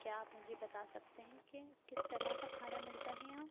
کیا آپ مجھے بتا سکتے ہیں کہ کس طرح کا کھانا ملتا ہے یہاں